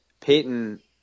Peyton